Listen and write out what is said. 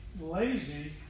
lazy